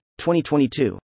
2022